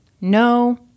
no